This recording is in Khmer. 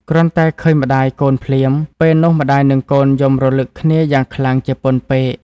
គ្រាន់តែឃើញម្ដាយកូនភ្លាម ពេលនោះម្តាយនិងកូនយំរលឹកគ្នាយ៉ាងខ្លាំងជាពន់ពេក។